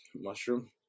mushroom